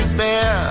bear